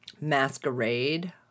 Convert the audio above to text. masquerade